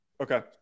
Okay